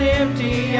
empty